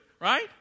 right